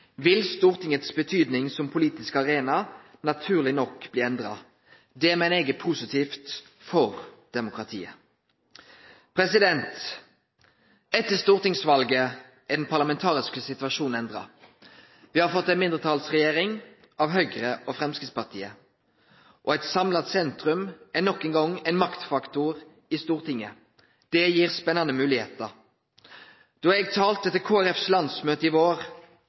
vil Stortingets betyding som politisk arena naturleg nok bli endra. Det meiner eg er positivt for demokratiet. Etter stortingsvalet er den parlamentariske situasjonen endra. Me har fått ei mindretalsregjering av Høgre og Framstegspartiet, og eit samla sentrum er nok ein gong ein maktfaktor i Stortinget – det gir spanande moglegheiter. Då eg tala til Kristeleg Folkepartis landsmøte i vår,